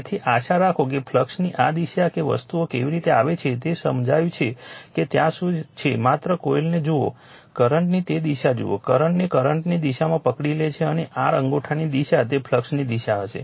તેથી આશા રાખો કે ફ્લક્સની આ દિશા કે વસ્તુઓ કેવી રીતે આવે છે તે સમજાયું છે કે ત્યાં શું છે માત્ર કોઇલને જુઓ કરંટની તે દિશા જુઓ કોઇલને કરંટની દિશામાં પકડી લે છે અને r અંગૂઠાની દિશા તે ફ્લક્સની દિશા હશે